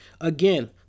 Again